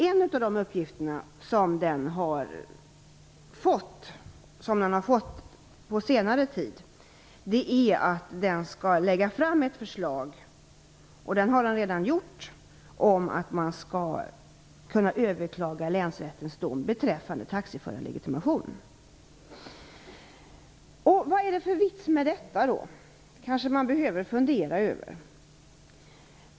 En av de uppgifter som den har fått på senare tid är att lägga fram ett förslag om möjlighet att överklaga länsrättens dom beträffande taxiförarlegitimation. Vad är det då för vits med detta? Det kanske man behöver fundera över.